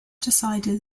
decided